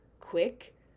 quick